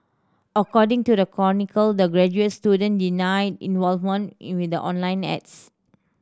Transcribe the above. according to the chronicle the graduate student denied involvement in with the online ads